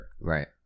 right